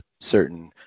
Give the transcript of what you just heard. certain